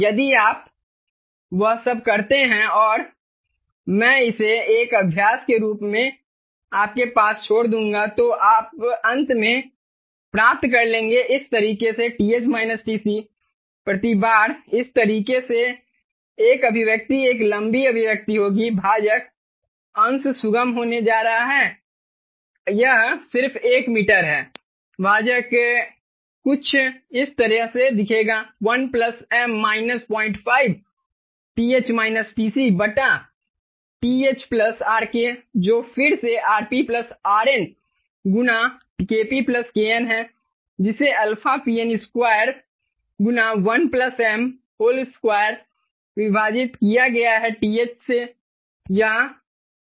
यदि आप वह सब करते हैं और मैं इसे एक अभ्यास के रूप में आपके पास छोड़ दूंगा तो आप अंत में प्राप्त कर लेंगे इस तरीके से TH TC प्रति बार इस तरीके से एक अभिव्यक्ति एक लंबी अभिव्यक्ति होगी भाजक अंश सुगम होने जा रहा है यह सिर्फ एक मीटर है भाजक कुछ इस तरह दिखेगा 1 m 05 TH RK जो फिर से RP RN गुणा KP KN है जिसे αPN2 1m2 विभाजित किया गया है TH से यह ऐसा दिखेगा